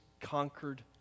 conquered